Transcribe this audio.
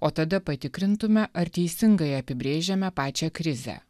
o tada patikrintumėme ar teisingai apibrėžėme pačią krizę